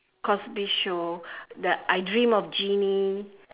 Cosby show the I dream of Jeannie